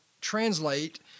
translate